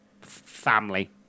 family